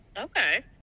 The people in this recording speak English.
Okay